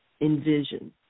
envision